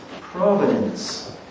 providence